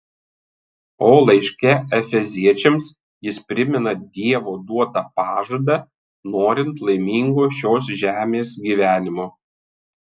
o laiške efeziečiams jis primena dievo duotą pažadą norint laimingo šios žemės gyvenimo